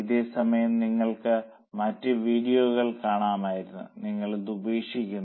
ഇതേസമയം നിങ്ങൾക്ക് മറ്റ് വീഡിയോകൾ കാണാമായിരുന്നു നിങ്ങൾ അത് ഉപേക്ഷിക്കുന്നു